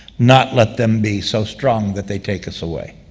not let them be so strong that they take us away.